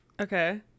Okay